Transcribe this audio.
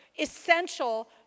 essential